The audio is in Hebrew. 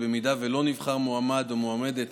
אם לא נבחר מועמד או מועמדת